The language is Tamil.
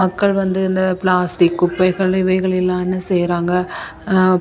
மக்கள் வந்து இந்த பிளாஸ்டிக் குப்பைகள் இவைகளை எல்லாம் என்ன செய்கிறாங்க